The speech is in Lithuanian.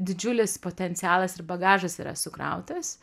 didžiulis potencialas ir bagažas yra sukrautas